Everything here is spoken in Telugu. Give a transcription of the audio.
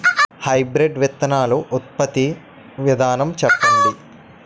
హైబ్రిడ్ విత్తనాలు ఉత్పత్తి విధానం చెప్పండి?